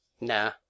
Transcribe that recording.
Nah